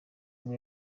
ngo